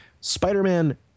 spider-man